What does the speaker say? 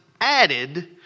added